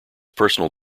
personal